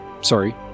Sorry